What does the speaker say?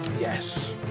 Yes